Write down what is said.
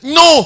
no